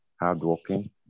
hardworking